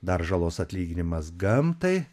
dar žalos atlyginimas gamtai